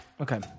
okay